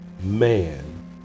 man